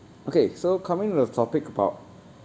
okay so coming to the topic about